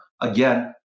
again